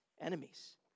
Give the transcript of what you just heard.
enemies